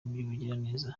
by’ubugiraneza